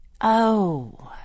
Oh